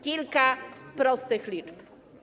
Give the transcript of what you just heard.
Kilka prostych liczb.